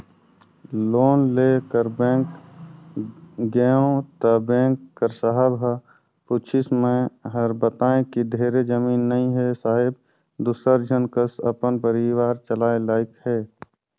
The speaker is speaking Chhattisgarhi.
लोन लेय बर बेंक गेंव त बेंक कर साहब ह पूछिस मै हर बतायें कि ढेरे जमीन नइ हे साहेब दूसर झन कस अपन परिवार चलाय लाइक हे